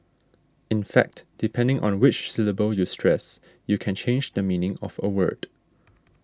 in fact depending on which syllable you stress you can change the meaning of a word